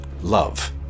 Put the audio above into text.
love